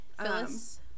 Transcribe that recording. Phyllis